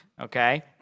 Okay